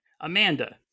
Amanda